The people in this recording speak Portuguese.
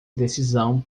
decisão